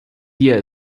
wir